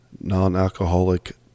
non-alcoholic